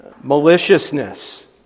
Maliciousness